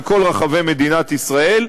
בכל רחבי מדינת ישראל,